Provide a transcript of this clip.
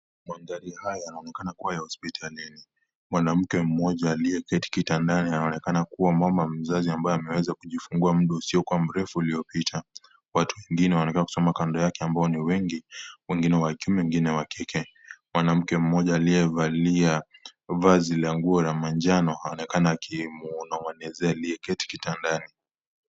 Mandhari haya yaonekana ya hospitalini, mwanamke moja aliyeketi kitandani anaonekana kuwa mama mzazi ambaye, ameweza kujifungua muda husiokuwa mrefu uliopita, watu wengine waonekana kisimama kando yake ambao ni wengi , wengine wa kiume wengine wa kike. Mwanamke moja aliyevalia vazi nguo la manjano aonekana akimnong'enezea aliyeketi kitandani.